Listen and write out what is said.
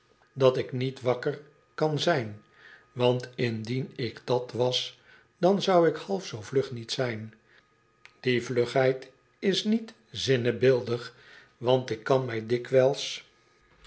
dat ik niet wakker kan zijn want indien ik dat was dan zou ik half zoo vlug niet zijn die vlugheid is niet zinnebeeldig want ik kan my dikwijls